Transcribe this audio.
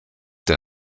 der